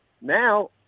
Now